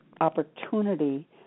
opportunity